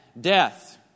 death